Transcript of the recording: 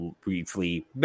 briefly